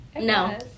No